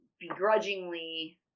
begrudgingly